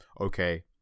Okay